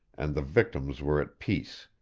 and the victims were at peace.